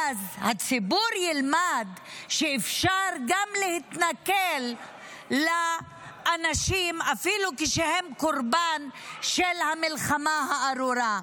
אז הציבור ילמד שאפשר להתנכל לאנשים אפילו כשהם קורבן של המלחמה הארורה.